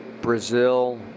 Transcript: Brazil